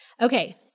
Okay